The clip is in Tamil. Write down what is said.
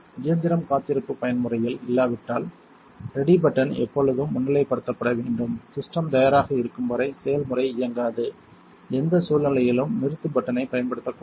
இயந்திரம் காத்திருப்பு பயன்முறையில் இல்லாவிட்டால் ரெடி பட்டன் எப்பொழுதும் முன்னிலைப்படுத்தப்பட வேண்டும் சிஸ்டம் தயாராக இருக்கும் வரை செயல்முறை இயங்காது எந்த சூழ்நிலையிலும் நிறுத்து பட்டனைப் பயன்படுத்தக்கூடாது